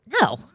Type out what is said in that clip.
no